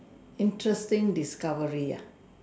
interesting discovery ah